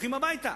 הולכים הביתה.